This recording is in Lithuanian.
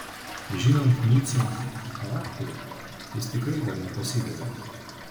žinant nico charakterį jis tikrai dar nepasidavė